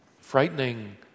Frightening